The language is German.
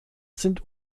sind